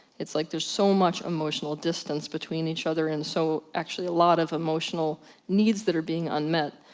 it's like there's so much emotional distance between each other and so actually a lot of emotional needs that are being unmet.